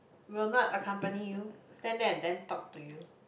will not accompany you stand there and then talk to you